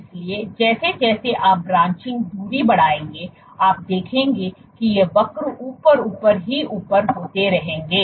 इसलिए जैसे जैसे आप ब्रांचिंग दूरी बढ़ाएंगे आप देखेंगे कि ये वक्र ऊपर ऊपर ही ऊपर होते रहेंगे